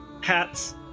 hats